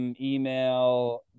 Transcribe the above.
email